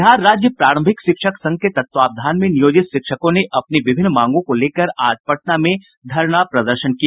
बिहार राज्य प्रारंभिक शिक्षक संघ के तत्वावधान में नियोजित शिक्षकों ने अपनी विभिन्न मांगों को लेकर आज पटना में धरना प्रदर्शन किया